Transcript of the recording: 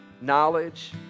knowledge